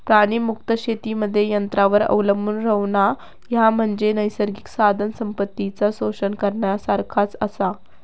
प्राणीमुक्त शेतीमध्ये यंत्रांवर अवलंबून रव्हणा, ह्या म्हणजे नैसर्गिक साधनसंपत्तीचा शोषण करण्यासारखाच आसा